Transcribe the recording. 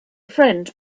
friend